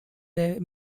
their